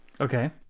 Okay